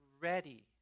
ready